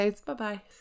Bye-bye